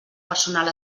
personal